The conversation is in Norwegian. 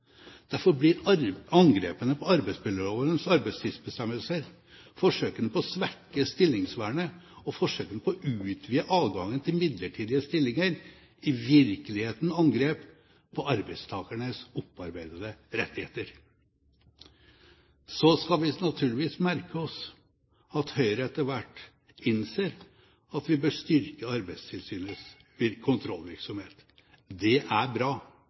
Derfor blir angrepene på arbeidsmiljølovens arbeidstidsbestemmelser, forsøkene på å svekke stillingsvernet og forsøkene på å utvide adgangen til midlertidige stillinger i virkeligheten angrep på arbeidstakernes opparbeidede rettigheter. Så skal vi naturligvis merke oss at Høyre etter hvert innser at vi bør styrke Arbeidstilsynets kontrollvirksomhet. Det er bra.